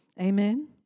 Amen